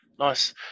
Nice